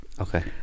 Okay